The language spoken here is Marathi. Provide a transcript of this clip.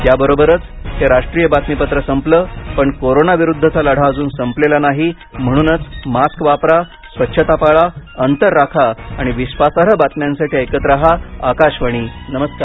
याबरोबरच हे राष्ट्रीय बातमीपत्र संपलं पण कोरोना विरुद्धचा लढा अजून संपलेला नाही म्हणूनच मास्क वापरा स्वच्छता पाळा अंतर राखा आणि विश्वासार्ह बातम्यांसाठी ऐकत रहा आकाशवाणी नमस्कार